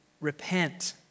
repent